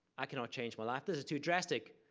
i cannot change my life. this is too drastic.